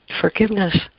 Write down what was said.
forgiveness